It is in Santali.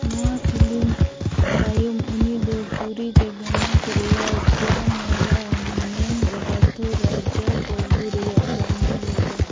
ᱱᱚᱣᱟ ᱯᱷᱤᱞᱢ ᱛᱟᱭᱚᱢ ᱩᱱᱤ ᱫᱚ ᱯᱩᱨᱤ ᱡᱚᱚᱱᱱᱟᱛᱷ ᱨᱮᱱ ᱠᱮᱢᱮᱨᱟᱢᱮᱱ ᱜᱟᱸᱜᱟᱛᱷᱳ ᱨᱟᱡᱟ ᱵᱟᱹᱵᱩ ᱨᱮᱭ ᱠᱟᱹᱢᱤ ᱞᱮᱫᱟ